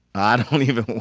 i don't don't even